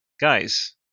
Guys